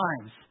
times